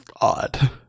odd